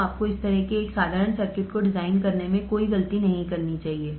तो आपको इस तरह के एक साधारण सर्किट को डिजाइन करने में कोई गलती नहीं करनी चाहिए